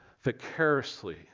vicariously